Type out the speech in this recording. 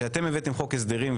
שאתם הבאתם את חוק ההסדרים,